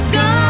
God